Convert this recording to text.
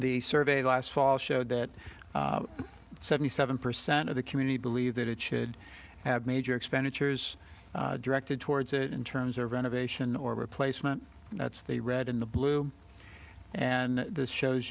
the survey last fall showed that seventy seven percent of the community believe that it should have major expenditures directed towards it in terms of renovation or replacement that's the red in the blue and this shows